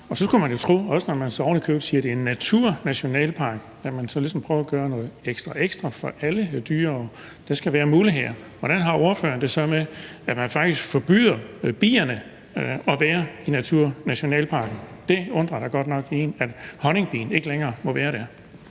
Og så skulle man jo tro, at man, også når man ovenikøbet siger, at det er en naturnationalpark, ligesom prøver at gøre noget ekstra, ekstra for alle dyr, og at der skal være muligheder. Hvordan har ordføreren det så med, at man faktisk forbyder bierne at være i naturnationalparken? Det undrer da godt nok en, at honningbien ikke længere må være der.